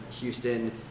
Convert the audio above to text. Houston